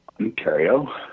Ontario